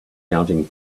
counting